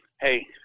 hey